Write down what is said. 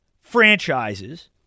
franchises